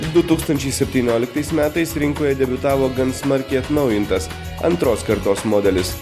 du tūkstančiai septynioliktais metais rinkoje debiutavo gan smarkiai atnaujintas antros kartos modelis